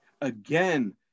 Again